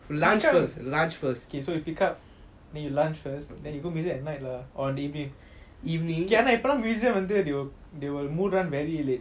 lunch first lunch first okay so you pick her up then you lunch first then you go museum at night lah or maybe evening you can a museum until they will they will more run very late